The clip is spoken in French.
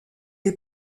les